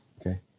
Okay